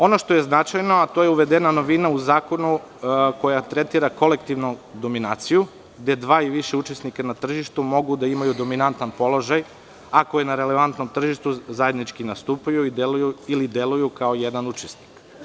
Ono što je značajno, a to je uvedena novina u zakonu koja tretira kolektivnu dominaciju, gde dva i više učesnika na tržištu mogu da imaju dominantan položaj, ako na relevantnom tržištu zajednički nastupaju ili deluju kao jedan učesnik.